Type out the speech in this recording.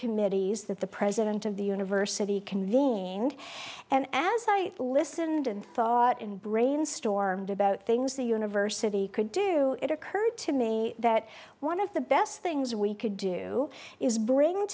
committees that the president of the university convened and as i listened and thought and brainstormed about things the university could do it occurred to me that one of the best things we could do is bring